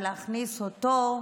להכניס אותו,